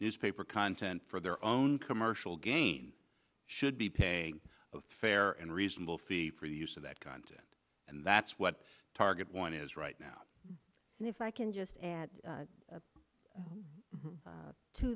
newspaper content for their own commercial gain should be paying a fair and reasonable fee for the use of that content and that's what target one is right now and if i can just add to